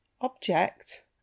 Object